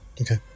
okay